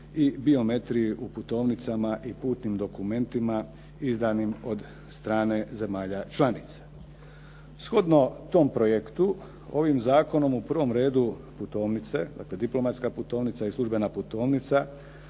i biometriji u putovnicama i putnim dokumentima izdanim od strane zemalja članica. Shodno tom projektu, ovim zakonom u prvom redu putovnice, dakle diplomatska putovnica i službena putovnica